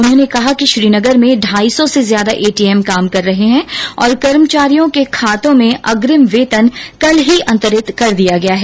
उन्होंने कहा कि श्रीनगर में ढाई सौ से ज्यादा एटीएम काम कर रहे हैं और कर्मचारियों के खातों में अग्निम वेतन कल ही अंतरित कर दिया गया है